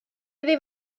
iddi